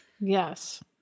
Yes